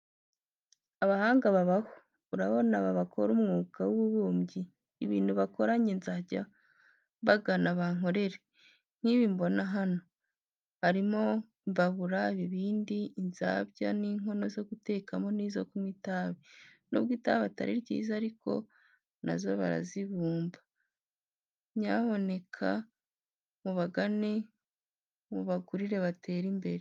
Abahanga babaho, urabona aba bakora umwuga w'ububumbyi, ibintu bakora njye nzajya mbagana bankorere, nk'ibi mbona hano. Harimo imbabura, ibibindi inzabya n'inkono zo gutekamo n'izo kunywa itabi, nubwo itabi atari ryiza ariko na zo barazibumba. Nyamuneka mu bagane mubagurire batere imbere.